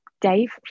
Dave